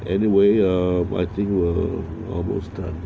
anyway ah I think we're almost done